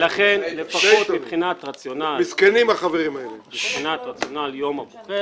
לכן, לפחות מבחינת רציונל יום הבוחר